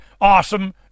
awesome